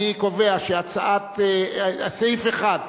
אני קובע שסעיף 1,